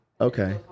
Okay